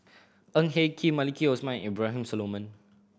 Ng Eng Kee Maliki Osman and Abraham Solomon